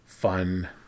fun